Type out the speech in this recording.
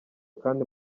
kandi